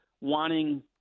wanting